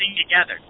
together